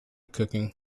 cooking